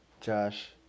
Josh